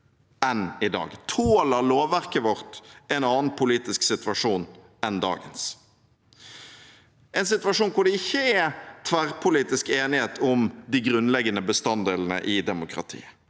enn i dag? Tåler lovverket vårt en annen politisk situasjon enn dagens – en situasjon hvor det ikke er tverrpolitisk enighet om de grunnleggende bestanddelene i et demokrati?